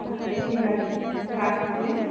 আচ্ছা ঠিক আছে রাখছি হ্যাঁ